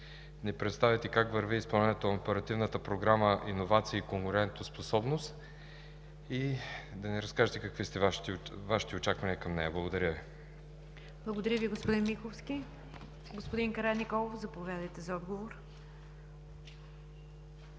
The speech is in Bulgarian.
да ни представите как върви изпълнението на Оперативната програма „Иновации и конкурентоспособност“ и да ни разкажете какви са Вашите очаквания към нея. Благодаря Ви. ПРЕДСЕДАТЕЛ НИГЯР ДЖАФЕР: Благодаря Ви, господин Миховски. Господин Караниколов, заповядайте за отговор.